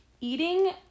Eating